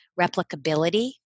replicability